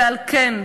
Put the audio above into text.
ועל כן,